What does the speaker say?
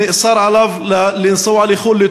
נאסר עליו לנסוע לחו"ל,